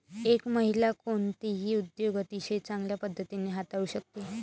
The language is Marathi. एक महिला कोणताही उद्योग अतिशय चांगल्या पद्धतीने हाताळू शकते